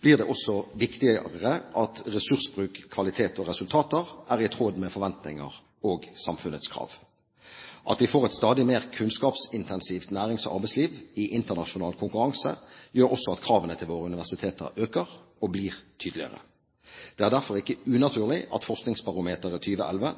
blir det også viktigere at ressursbruk, kvalitet og resultater er i tråd med forventninger og samfunnets krav. At vi får et stadig mer kunnskapsintensivt nærings- og arbeidsliv i internasjonal konkurranse, gjør også at kravene til våre universiteter øker og blir tydeligere. Det er derfor ikke unaturlig at Forskningsbarometeret